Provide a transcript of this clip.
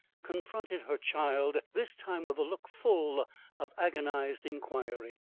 confronted her child, this time with a look full of agonised inquiry.